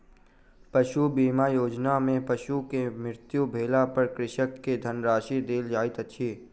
पशु बीमा योजना में पशु के मृत्यु भेला पर कृषक के धनराशि देल जाइत अछि